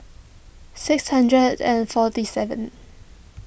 six hundred and forty seven